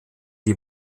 die